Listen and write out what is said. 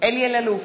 אלי אלאלוף,